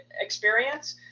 experience